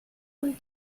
and